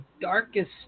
darkest